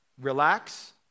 Relax